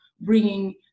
bringing